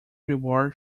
reward